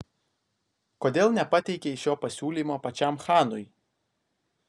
kodėl nepateikei šio pasiūlymo pačiam chanui